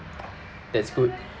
that's good